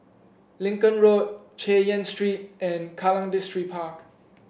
Lincoln Road Chay Yan Street and Kallang Distripark